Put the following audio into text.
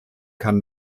kann